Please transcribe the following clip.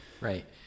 Right